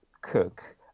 cook